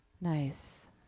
Nice